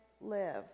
live